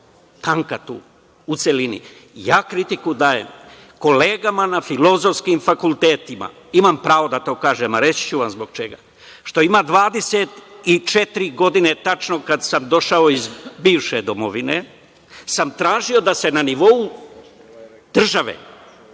tanka tu, u celini. Ja kritiku dajem kolegama na filozofskim fakultetima. Imam pravo da to kažem, a reći ću vam zbog čega, što ima 24 godine tačno, kad sam došao iz bivše domovine tražio da se na nivou države